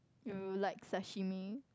do you like sashimi